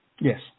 yes